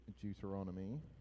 Deuteronomy